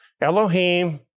Elohim